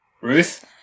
Ruth